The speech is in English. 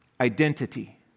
Identity